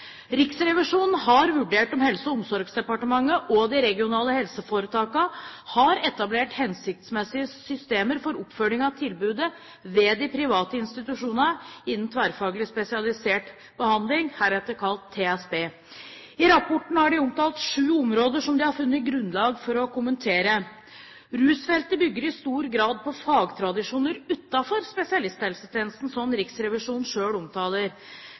Riksrevisjonen har vurdert om Helse- og omsorgsdepartementet og de regionale helseforetakene har etablert hensiktsmessige systemer for oppfølging av tilbudet ved de private institusjonene innen tverrfaglig spesialisert behandling, heretter kalt TSB. I rapporten har de omtalt syv områder som de har funnet grunnlag for å kommentere. Rusfeltet bygger i stor grad på fagtradisjoner utenfor spesialisthelsetjenesten, slik Riksrevisjonen selv omtaler.